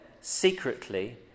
secretly